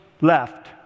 left